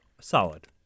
solid